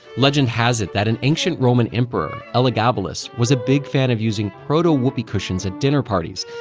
legend has it that an ancient roman emperor, elagabalus, was a big fan of using proto-whoopee cushions at dinner parties.